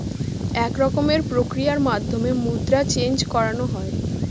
এক রকমের প্রক্রিয়ার মাধ্যমে মুদ্রা চেন্জ করানো হয়